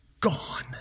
gone